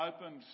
opened